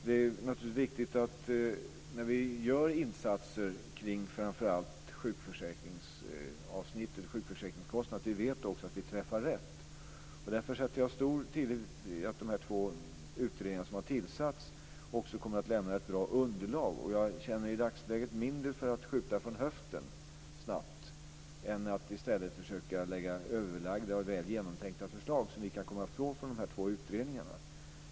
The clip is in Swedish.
Det är naturligtvis viktigt, när vi gör insatser kring framför allt sjukförsäkringskostnaderna, att vi också vet att vi träffar rätt. Därför sätter jag stor tillit till att de två utredningar som har tillsatts också kommer att lämna ett bra underlag. Jag känner i dagsläget mindre för att snabbt skjuta från höften än för att i stället försöka lägga fram överlagda och väl genomtänkta förslag, som vi kan komma att få från de här två utredningarna.